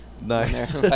Nice